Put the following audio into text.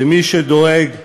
ומי שדואג למעסיק,